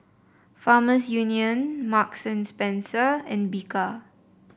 Farmers Union Marks and Spencer and Bika